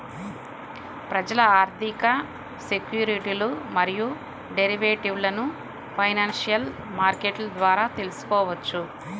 ప్రజలు ఆర్థిక సెక్యూరిటీలు మరియు డెరివేటివ్లను ఫైనాన్షియల్ మార్కెట్ల ద్వారా తెల్సుకోవచ్చు